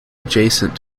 adjacent